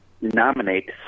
nominate